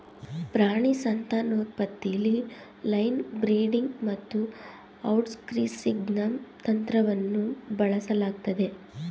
ಪ್ರಾಣಿ ಸಂತಾನೋತ್ಪತ್ತಿಲಿ line breeding ಮತ್ತುಔಟ್ಕ್ರಾಸಿಂಗ್ನಂತಂತ್ರವನ್ನುಬಳಸಲಾಗ್ತದೆ